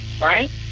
right